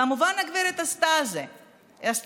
כמובן, הגברת עשתה את זה,